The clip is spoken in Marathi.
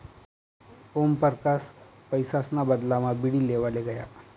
ओमपरकास पैसासना बदलामा बीडी लेवाले गया